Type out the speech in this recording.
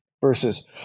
Versus